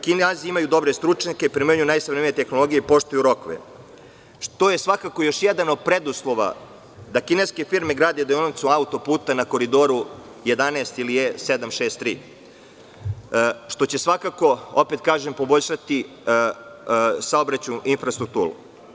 Kinezi imaju dobre stručnjake, primenjuju najsavremenije tehnologije, poštuju rokove, što je svakako još jedan od preduslova da kineske firme grade deonicu autoputa na Koridoru 11 ili E 763, što će svakako, opet kažem, poboljšati saobraćajnu infrastrukturu.